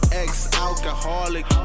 ex-alcoholic